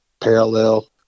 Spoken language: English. parallel